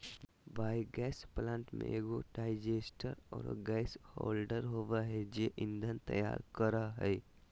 biogas plant में एगो digester आरो गैस होल्डर होबा है जे ईंधन तैयार करा हइ